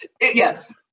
Yes